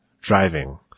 driving